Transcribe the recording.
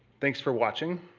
thanks for watching.